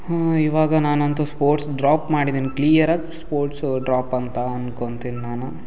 ಹ್ಞೂ ಇವಾಗ ನಾನಂತೂ ಸ್ಪೋರ್ಟ್ಸ್ ಡ್ರಾಪ್ ಮಾಡಿದ್ದೀನಿ ಕ್ಲಿಯರಾಗಿ ಸ್ಪೋರ್ಟ್ಸು ಡ್ರಾಪ್ ಅಂತ ಅನ್ಕೊಂತೀನಿ ನಾನು